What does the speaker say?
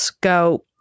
go